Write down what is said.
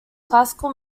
classical